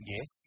Yes